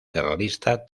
terrorista